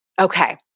Okay